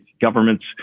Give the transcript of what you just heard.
governments